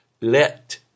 Let